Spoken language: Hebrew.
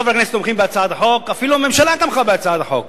אדוני היושב-ראש,